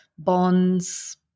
bonds